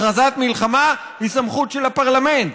הכרזת מלחמה היא סמכות של הפרלמנט.